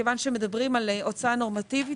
מכיוון שמדברים על הוצאה נורמטיבית,